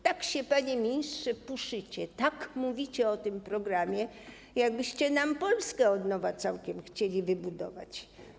Tak się, panie ministrze, puszycie, tak mówicie o tym programie, jakbyście nam Polskę od nowa całkiem chcieli wybudować.